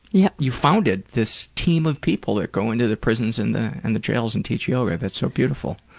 yep. you founded this team of people that go into the prisons and the and the jails and teach yoga. that's so beautiful.